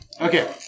Okay